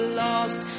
lost